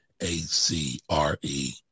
A-C-R-E